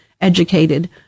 educated